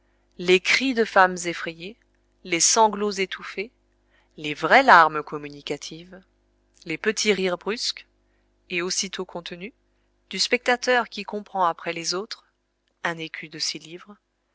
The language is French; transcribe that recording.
les cris de femmes effrayées les sanglots étouffés les vraies larmes communicatives les petits rires brusques et aussitôt contenus du spectateur qui comprend après les autres un écu de